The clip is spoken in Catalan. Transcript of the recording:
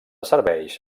serveix